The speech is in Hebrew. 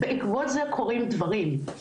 בעקבות זה קורים דברים.